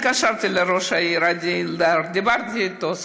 התקשרתי לראש העיר עדי אלדר ודיברתי איתו,